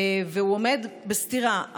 והוא עומד בסתירה,